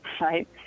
right